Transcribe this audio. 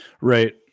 Right